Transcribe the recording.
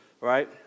right